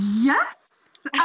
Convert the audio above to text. Yes